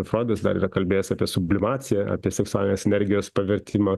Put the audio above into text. froidas dar yra kalbėjęs apie sublimaciją apie seksualinės energijos pavertimą